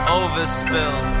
overspill